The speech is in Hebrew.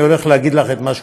אני הולך להגיד לך את מה שקורה.